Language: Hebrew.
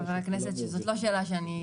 חבר הכנסת אל"ף,